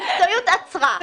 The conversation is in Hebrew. המקצועיות עצרה.